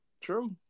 True